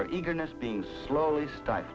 an eagerness beings slowly start